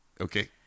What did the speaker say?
Okay